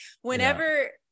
Whenever